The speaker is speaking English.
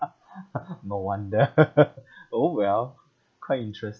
no wonder orh well quite interesting